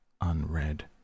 unread